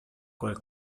quel